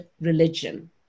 religion